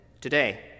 today